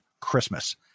Christmas